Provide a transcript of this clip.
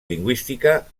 lingüística